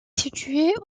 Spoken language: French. située